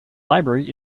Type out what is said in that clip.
library